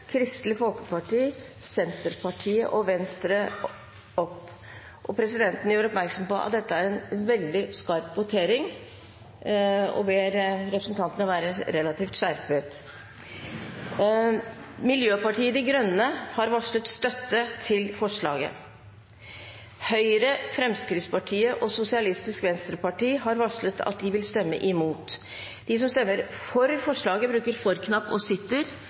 Kristelig Folkeparti, Senterpartiet og Venstre. Forslaget lyder: «Stortinget ber regjeringen vurdere redusert elavgift for datasentre med uttak under 5 MW.» Miljøpartiet De Grønne har varslet støtte til forslaget. Høyre, Fremskrittspartiet og Sosialistisk Venstreparti har varslet at de vil stemme imot. Presidenten gjør oppmerksom på at dette er en veldig skarp votering og